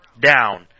down